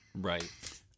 right